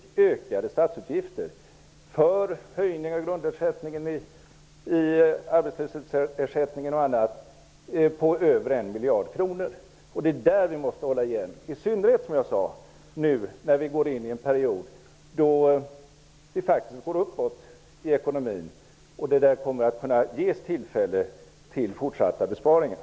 Utgifterna ökade, t.ex. genom en höjning av grundersättningen i arbetslöshetsersättningen, med över en miljard kronor. Det är där vi måste hålla igen, i synnerhet nu när vi går in i en period då det faktiskt går uppåt i ekonomin och då det kommer att kunna ges tillfälle till fortsatta besparingar.